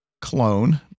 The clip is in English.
clone